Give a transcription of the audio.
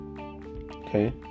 okay